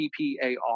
PPAR